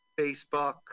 Facebook